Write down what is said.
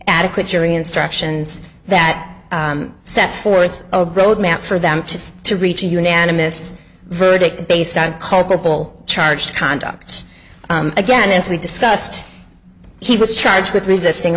adequate jury instructions that set forth a road map for them to reach a unanimous verdict based on culpable charge conduct again as we discussed he was charged with resisting